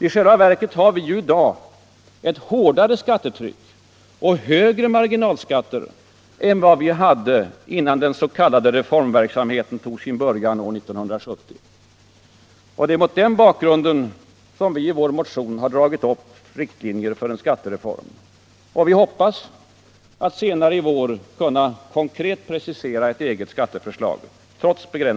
I själva verket har vi i dag ett hårdare skattetryck och högre marginalskatter än vi hade innan den s.k. reformverksamheten tog sin början år 1970. Det är mot den bakgrunden som vi i vår motion dragit upp riktlinjer för en skattereform. Vi hoppas, trots begränsade resurser, att senare i vår kunna konkret precisera ett eget skatteförslag.